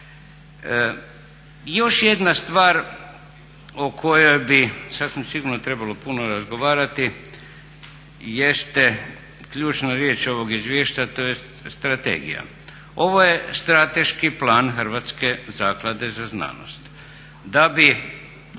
Još jedna stvar o kojoj bi sasvim sigurno trebalo puno razgovarati jeste ključna riječ ovog izvješća tj. strategija. Ovo je strateški plan Hrvatske zaklade za znanost.